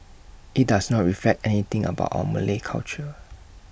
IT does not reflect anything about our Malay culture